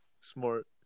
smart